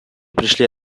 пришли